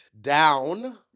down